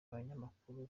abanyamakuru